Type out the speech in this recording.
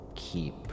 keep